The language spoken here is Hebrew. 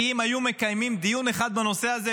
כי אם היו מקיימים דיון אחד בנושא הזה,